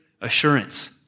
assurance